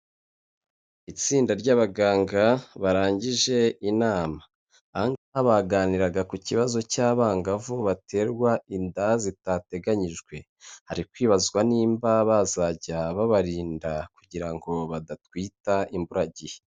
Itsinda ry'abaganga, barangije inama, aha ngaha baganiraga ku kibazo cy'abangavu baterwa inda zitateganyijwe, hari kwibazwa nimba bazajya babarinda kugira ngo badatwita imburagihe.